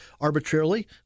arbitrarily